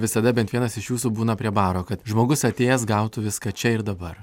visada bent vienas iš jūsų būna prie baro kad žmogus atėjęs gautų viską čia ir dabar